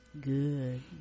good